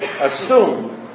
assume